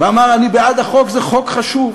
ואמר: אני בעד החוק, זה חוק חשוב.